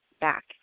back